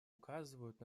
указывают